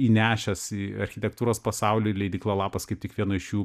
įnešęs į architektūros pasaulį leidykla lapas kaip tik vieno iš jų